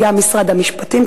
וגם למשרד המשפטים,